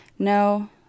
No